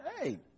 Hey